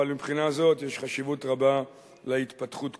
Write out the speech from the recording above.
אבל מבחינה זו, יש חשיבות רבה להתפתחות כולה.